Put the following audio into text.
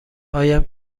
هایم